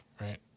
right